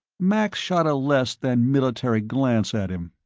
max shot a less than military glance at him.